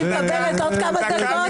אני מקבלת עוד כמה דקות?